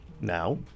Now